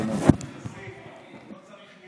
אדוני היושב-ראש, חברי הכנסת,